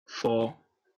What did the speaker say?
four